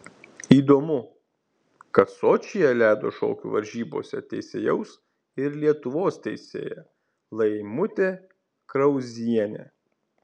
įdomu kad sočyje ledo šokių varžybose teisėjaus ir lietuvos teisėja laimutė krauzienė